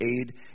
aid